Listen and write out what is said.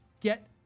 get